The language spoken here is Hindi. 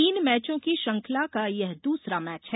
तीन मैचों की श्रंखला का यह दूसरा मैच है